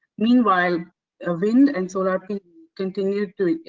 meanwhile ah wind and solar continued to